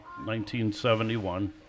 1971